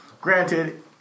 Granted